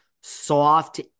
soft